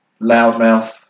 loudmouth